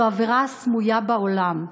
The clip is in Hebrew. זו העבירה הסמויה בעולם,